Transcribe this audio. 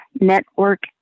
network